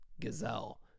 gazelle